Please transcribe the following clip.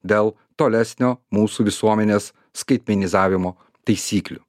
dėl tolesnio mūsų visuomenės skaitmenizavimo taisyklių